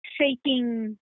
shaking